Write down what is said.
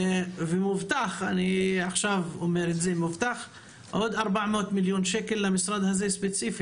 ומובטח עוד 400 מיליון שקלים למשרד הזה ספציפית.